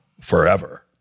forever